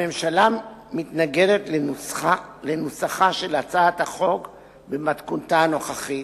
הממשלה מתנגדת לנוסחה של הצעת החוק במתכונתה הנוכחית,